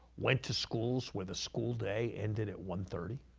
went to schools with a school day ended at one thirty